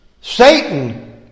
Satan